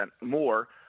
more